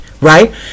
right